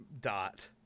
dot